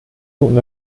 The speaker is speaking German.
und